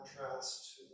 contrast